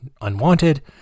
unwanted